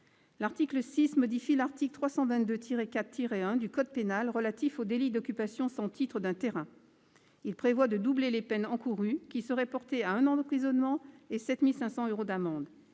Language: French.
L'article 6 modifie l'article 322-4-1 du code pénal relatif au délit d'occupation sans titre d'un terrain : il prévoit de doubler les peines encourues, qui seraient portées à un an d'emprisonnement et 7 500 euros d'amende.